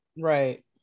right